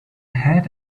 had